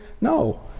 No